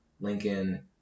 Lincoln